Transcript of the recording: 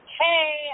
Hey